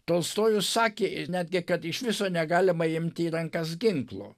tolstojus sakė ir netgi kad iš viso negalima imti į rankas ginklo